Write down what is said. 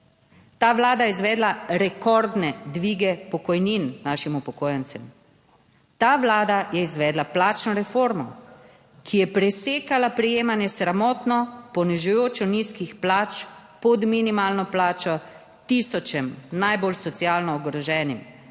Ta vlada je izvedla rekordne dvige pokojnin našim upokojencem, ta vlada je izvedla plačno reformo, ki je presekala prejemanje sramotno ponižujoč nizkih plač pod minimalno plačo tisočem najbolj socialno ogroženim